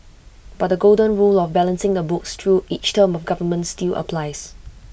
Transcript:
but the golden rule of balancing the books through each term of government still applies